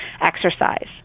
exercise